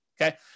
okay